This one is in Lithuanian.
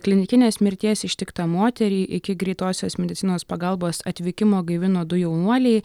klinikinės mirties ištiktą moterį iki greitosios medicinos pagalbos atvykimo gaivino du jaunuoliai